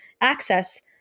access